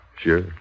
Sure